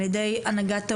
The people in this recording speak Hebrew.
על ידי הנהגת ההורים,